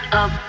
up